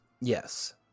Yes